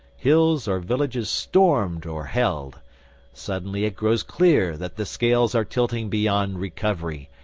hills or villages stormed or held suddenly it grows clear that the scales are tilting beyond recovery,